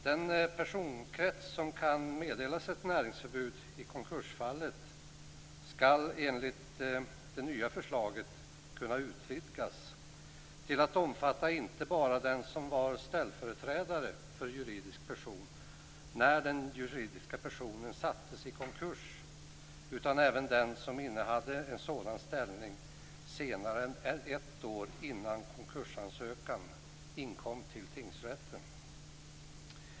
Den personkrets som kan meddelas ett näringsförbud i konkursfallet skall enligt det nya förslaget kunna utvidgas till att omfatta inte bara den som var ställföreträdare för juridisk person när den juridiska personen försattes i konkurs utan även den som innehade en sådan ställning senare än ett år innan konkursansökan inkom till tingsrätten.